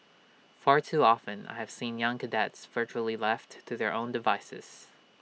far too often I have seen young cadets virtually left to their own devices